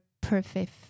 perfect